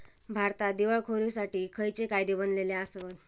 भारतात दिवाळखोरीसाठी खयचे कायदे बनलले आसत?